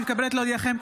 אני מתכבדת להודיעכם,